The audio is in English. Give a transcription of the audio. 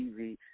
TV